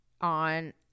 on